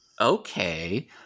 Okay